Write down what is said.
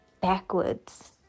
backwards